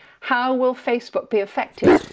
how will facebook be affected?